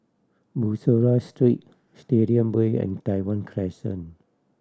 Bussorah Street Stadium Way and Tai Hwan Crescent